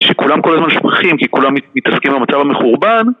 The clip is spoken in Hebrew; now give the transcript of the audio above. שכולם כל הזמן שוכחים כי כולם מתעסקים במצב המחורבן